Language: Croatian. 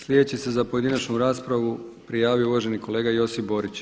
Slijedeći se za pojedinačnu raspravu prijavio uvaženi kolega Josip Borić.